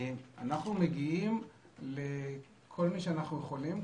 אנחנו מגיעים לכל מי שאנחנו יכולים,